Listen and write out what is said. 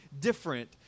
different